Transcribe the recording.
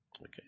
Okay